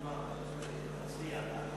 ההצעה להעביר את